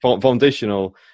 foundational